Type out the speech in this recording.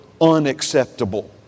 unacceptable